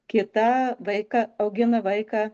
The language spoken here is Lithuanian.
kita vaiką augina vaiką